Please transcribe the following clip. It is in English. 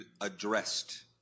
addressed